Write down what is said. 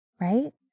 right